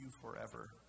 forever